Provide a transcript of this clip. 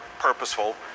purposeful